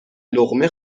لقمه